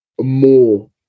more